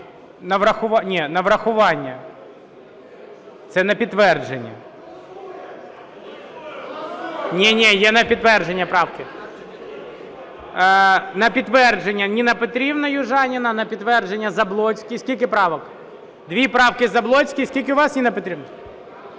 на врахування. Це на підтвердження. (Шум у залі) Ні-ні, є на підтвердження правки. На підтвердження – Ніна Петрівна Южаніна, на підтвердження – Заблоцький. Скільки правок? Дві правки – Заблоцький. Скільки у вас, Ніна Петрівна?